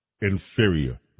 inferior